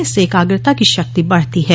इससे एकाग्रता की शक्ति बढती है